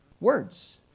words